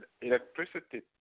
Electricity